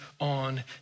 on